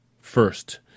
first